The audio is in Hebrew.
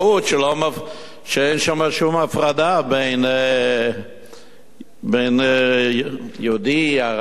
שאין שם שום הפרדה בין יהודי לערבי,